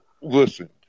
listen